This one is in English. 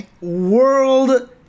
world